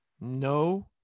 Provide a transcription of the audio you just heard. no